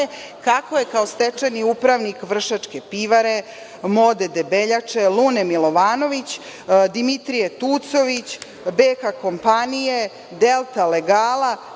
kako je kao stečajni upravnik „Vršačke pivare“, „MODA“ - Debeljače, „Lune Milovanović“, „Dimitrije Tucović“, „BK Kompanije“, „Delta legala“,